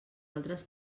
altres